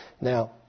Now